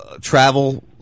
travel